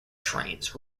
trains